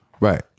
Right